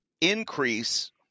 increase